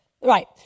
Right